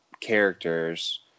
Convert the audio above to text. characters